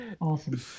awesome